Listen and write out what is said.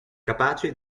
capace